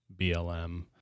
BLM